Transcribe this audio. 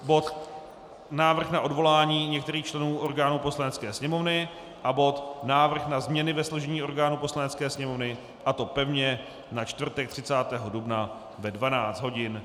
Bod návrh na odvolání některých členů orgánů Poslanecké sněmovny a bod návrh na změny ve složení orgánů Poslanecké sněmovny, a to pevně na čtvrtek 30. dubna ve 12.45 hodin.